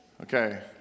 Okay